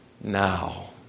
now